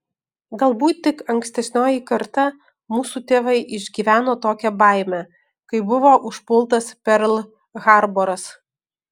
galbūt tik ankstesnioji karta mūsų tėvai išgyveno tokią baimę kai buvo užpultas perl harboras